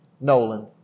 Nolan